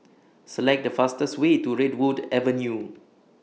Select The fastest Way to Redwood Avenue